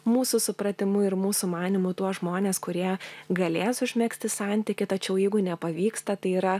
mūsų supratimu ir mūsų manymu tuos žmones kurie galės užmegzti santykį tačiau jeigu nepavyksta tai yra